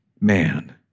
man